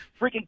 freaking